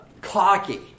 cocky